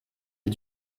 est